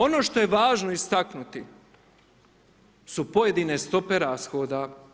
Ono što je važno istaknuti su pojedine stope rashoda.